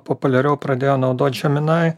populiariau pradėjo naudot džeminai